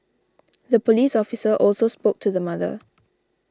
the police officer also spoke to the mother